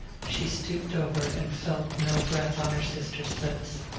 she stooped over and felt no breath on her sister's lips.